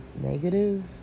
negative